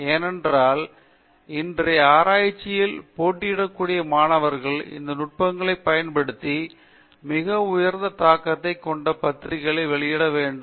ஏனென்றால் இன்றைய ஆராய்ச்சியில் போட்டியிடக்கூடிய மாணவர்கள் இந்த நுட்பங்களைப் பயன்படுத்தி மிக உயர்ந்த தாக்கங்கள் கொண்ட பத்திரிகைகளில் வெளியிட வேண்டும்